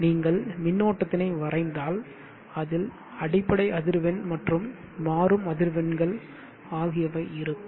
நீங்கள் மின்னோட்டத்தினை வரைந்தால் அதில் அடிப்படை அதிர்வெண் மற்றும் மாறும் அதிர்வெண்கள் ஆகியவை இருக்கும்